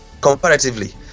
comparatively